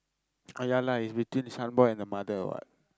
ah ya lah it's between Shaan boy and the mother what